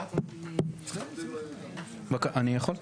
אני יכול?